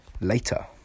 later